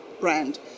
brand